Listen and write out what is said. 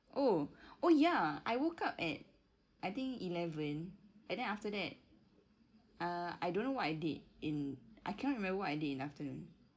oh oh ya I woke up at I think eleven and then after that err I don't know what I did in I cannot remember what I did in the afternoon